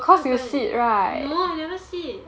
what happened no I never sit